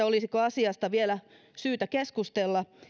olisiko asiasta vielä syytä keskustella